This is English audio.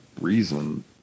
reason